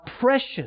precious